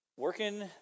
Working